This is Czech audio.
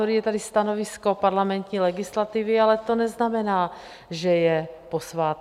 Je tady stanovisko parlamentní legislativy, ale to neznamená, že je posvátné.